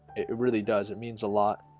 it really does it means a lot,